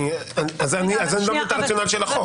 אז אני לא --- של החוק.